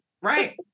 Right